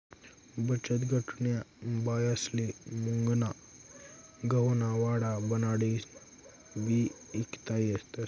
बचतगटन्या बायास्ले मुंगना गहुना वडा बनाडीन बी ईकता येतस